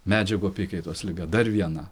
medžiagų apykaitos liga dar viena